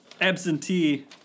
Absentee